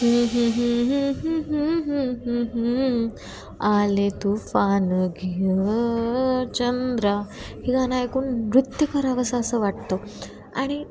आले तुफान घिय चंद्रा हे गाणं ऐकून नृत्य करावंसं असं वाटतं आणि